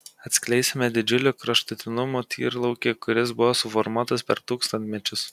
atskleisime didžiulį kraštutinumų tyrlaukį kuris buvo suformuotas per tūkstantmečius